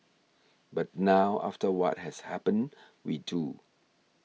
but now after what has happened we do